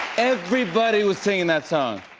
everybody was singing that song.